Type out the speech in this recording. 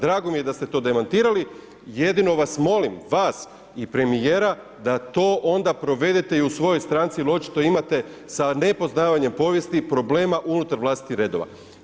Drago mi je da ste to demantirali, jedino vas molim, vas i premijera da to onda provedete i u svojoj stranci jer očito imate sa nepoznavanjem povijesti problema unutar vlastitih redova.